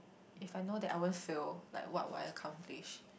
if I know that I won't fail like what would I accomplish